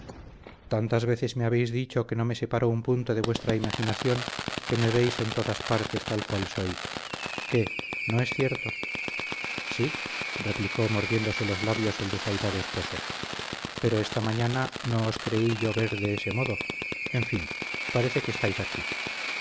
tantas veces me habéis dicho que no me separo un punto de vuestra imaginación que me veis en todas partes tal cual soy qué no es cierto sí replicó mordiéndose los labios el desairado esposo pero esta mañana no os creí yo ver de ese modo en fin parece que estáis aquí